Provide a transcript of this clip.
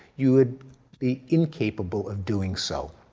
you would be incapable of doing so.